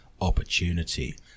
opportunity